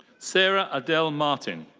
sarah adelle martin.